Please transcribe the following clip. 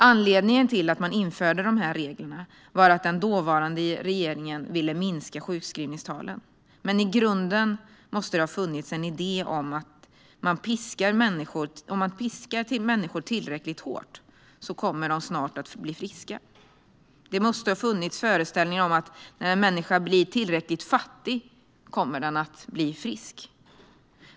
Anledningen till att man införde dessa regler var att den dåvarande regeringen ville minska sjukskrivningstalen. Men i grunden måste det ha funnits en idé om att om man piskar människor tillräckligt hårt kommer de snart att bli friska. Det måste ha funnits föreställningar om att när en människa blir tillräckligt fattig kommer den att bli frisk.